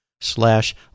slash